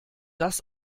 das